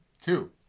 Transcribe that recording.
Two